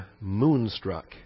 Moonstruck